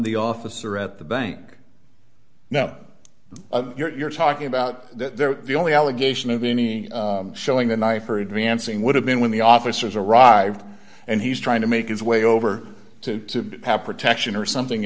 the officer at the bank now you're talking about that the only allegation of any showing the knife or advancing would have been when the officers arrived and he's trying to make his way over to have protection or something